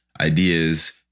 ideas